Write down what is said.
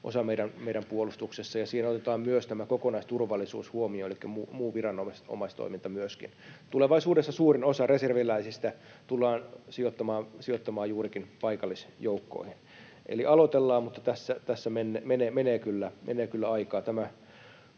osa meidän puolustuksessamme, ja siinä otetaan myös kokonaisturvallisuus elikkä muu viranomaistoiminta huomioon. Tulevaisuudessa suurin osa reserviläisistä tullaan sijoittamaan juurikin paikallisjoukkoihin. Eli aloitellaan, mutta tässä menee kyllä aikaa.